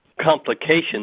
complications